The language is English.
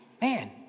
Man